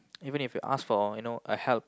even if you ask for you know a help